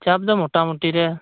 ᱪᱟᱯ ᱫᱚ ᱢᱚᱴᱟᱢᱩᱴᱤ ᱜᱮ